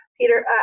Peter